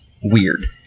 weird